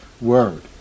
word